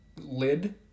lid